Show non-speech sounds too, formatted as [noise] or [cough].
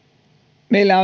meillä [unintelligible]